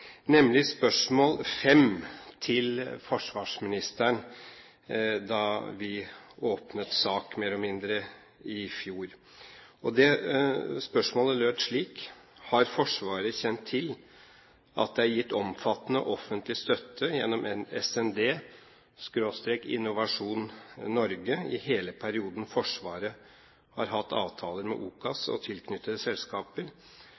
nemlig spørsmål 5 til forsvarsministeren da vi åpnet sak, mer og mindre, i fjor. Det spørsmålet lød slik: «Har Forsvaret kjent til at det er gitt omfattende offentlig støtte gjennom SND/Innovasjon Norge i hele perioden Forsvaret har hatt avtaler med OCAS og tilknyttede selskaper